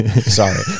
Sorry